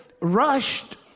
rushed